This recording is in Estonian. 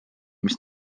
mis